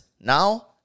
Now